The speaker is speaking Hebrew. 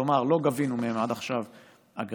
כלומר, לא גבינו מהם עד עכשיו אגרה.